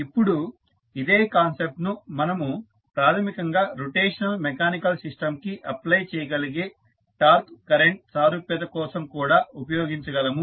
ఇప్పుడు ఇదే కాన్సెప్ట్ ను మనము ప్రాథమికంగా రొటేషనల్ మెకానికల్ సిస్టంకి అప్లై చేయగలిగే టార్క్ కరెంట్ సారూప్యత కోసం కూడా ఉపయోగించగలము